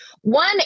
one